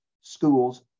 schools